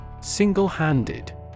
Single-handed